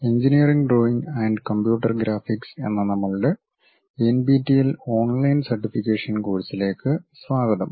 engineering drawing and computer graphics എന്ന നമ്മളുടെ NPTEL online certification കോഴ്സിലേക്ക് സ്വാഗതം